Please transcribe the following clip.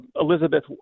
Elizabeth